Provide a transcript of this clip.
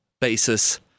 basis